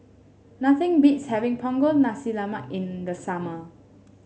nothing beats having Punggol Nasi Lemak in the summer